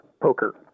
poker